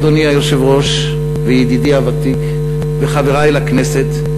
אדוני היושב-ראש וידידי הוותיק וחברי לכנסת,